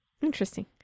Interesting